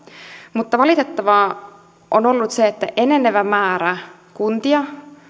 mutta valitettavaa on ollut se että enenevä määrä kuntia